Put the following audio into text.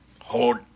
hold